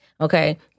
okay